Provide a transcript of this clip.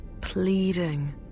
pleading